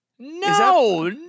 No